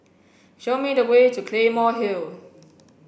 show me the way to Claymore Hill